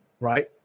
right